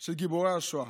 של גיבורי השואה,